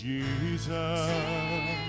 Jesus